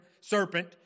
serpent